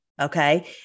okay